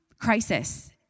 crisis